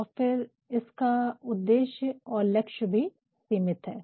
और फिर इसका उद्देश्य और लक्ष्य भी सीमित है